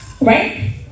right